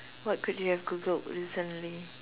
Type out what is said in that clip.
what could you have Googled recently